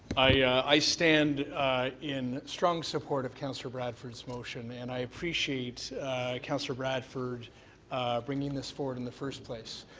i stand in strong support of councillor bradford's motion and i appreciate councillor bradford bringing this forward in the first place.